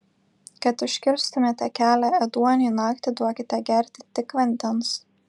kad užkirstumėte kelią ėduoniui naktį duokite gerti tik vandens